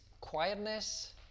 quietness